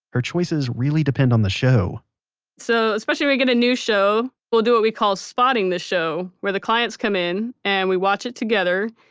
her choices really depend on the show so when we get a new show, we'll do what we call spotting the show, where the clients come in and we watch it together,